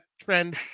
trend